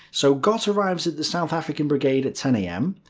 so gott arrives at the south african brigade at ten am,